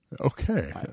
Okay